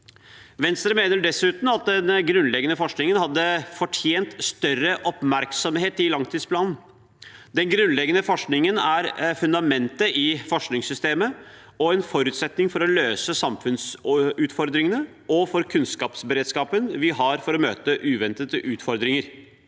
Venstre mener dessuten at den grunnleggende forskningen hadde fortjent større oppmerksomhet i langtidsplanen. Den grunnleggende forskningen er fundamentet i forskningssystemet og en forutsetning for å løse samfunnsutfordringene og for kunnskapsberedskapen vi har for å møte uventede utfordringer.